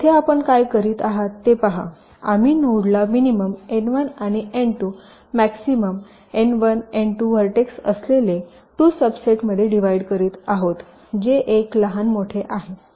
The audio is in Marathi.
तर येथे आपण काय करीत आहात ते पहा आम्ही नोडला मिनिमम एन 1 आणि N 2 maximum N 1 N 2 vertex असलेले 2 सबसेटमध्ये डिव्हाइड करीत आहोत जे एक लहान मोठे आहे